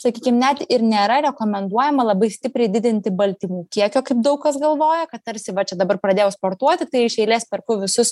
sakykim net ir nėra rekomenduojama labai stipriai didinti baltymų kiekio kaip daug kas galvoja kad tarsi va čia dabar pradėjau sportuoti tai iš eilės perku visus